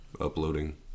uploading